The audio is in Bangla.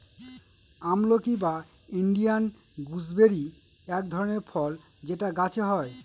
আমলকি বা ইন্ডিয়ান গুজবেরি এক ধরনের ফল যেটা গাছে হয়